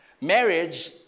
Marriage